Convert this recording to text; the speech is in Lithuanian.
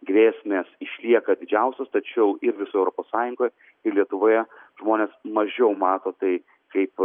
grėsmės išlieka didžiausios tačiau ir visoj europos sąjungoj ir lietuvoje žmonės mažiau mato tai kaip